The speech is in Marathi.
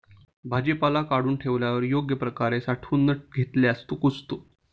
भाजीपाला काढून ठेवल्यावर योग्य प्रकारे साठवून न घेतल्यास तो कुजतो